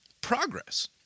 Progress